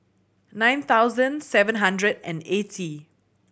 nine thousand seven hundred and eighty